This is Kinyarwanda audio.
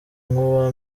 nk’uwa